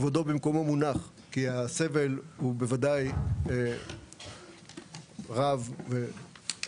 כבודו במקומו מונח, כי הסבל הוא בוודאי רב ואין